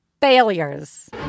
Failures